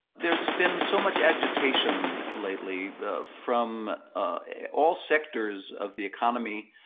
there's been so much agitation lately from all sectors of the economy.